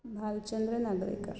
Balchandra Nagwekar